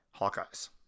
Hawkeyes